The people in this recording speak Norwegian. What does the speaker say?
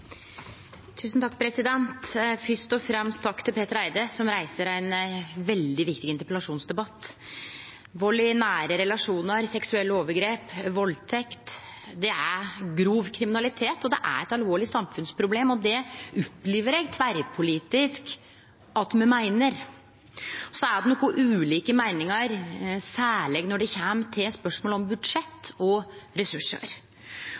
som reiser ein veldig viktig interpellasjonsdebatt. Vald i nære relasjonar, seksuelle overgrep, valdtekt – dette er grov kriminalitet og eit alvorleg samfunnsproblem, og det opplever eg at me meiner tverrpolitisk. Så er det noko ulike meiningar, særleg når det gjeld spørsmål om budsjett og ressursar.